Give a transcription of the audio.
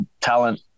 talent